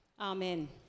amen